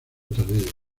tardío